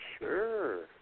sure